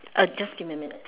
uh just give me a minute